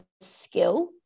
skill